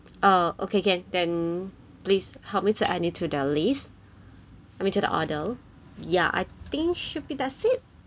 oh okay can then please help me to add in to the list I mean to the order ya I think should be that's it